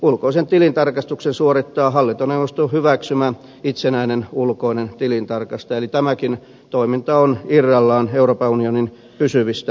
ulkoisen tilintarkastuksen suorittaa hallintoneuvoston hyväksymä itsenäinen ulkoinen tilintarkastaja eli tämäkin toiminta on irrallaan euroopan unionin pysyvistä rakenteista